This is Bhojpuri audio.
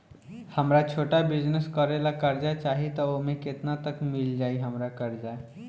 हमरा छोटा बिजनेस करे ला कर्जा चाहि त ओमे केतना तक मिल जायी हमरा कर्जा?